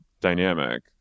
dynamic